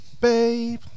babe